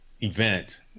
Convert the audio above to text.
event